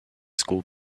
school